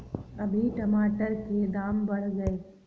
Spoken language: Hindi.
अभी टमाटर के दाम बढ़ गए